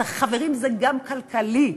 חברים, זה גם כלכלי.